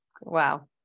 Wow